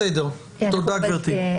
בסדר, תודה גברתי.